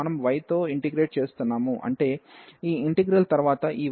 మనము y తో integrate చేస్తున్నాము అంటే ఈ ఇంటిగ్రల్ తరువాత ఈ 1 x dy లోపలి భాగంలో ఉంటుంది